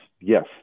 yes